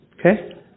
Okay